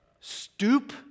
stoop